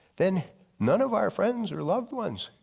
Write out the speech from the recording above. then none of our friends our loved ones.